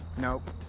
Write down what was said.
Nope